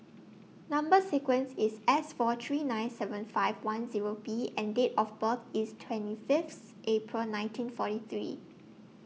Number sequence IS S four three nine seven five one Zero B and Date of birth IS twenty Fifth April nineteen forty three